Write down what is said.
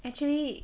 actually